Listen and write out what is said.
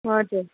हजुर